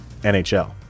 NHL